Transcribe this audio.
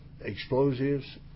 explosives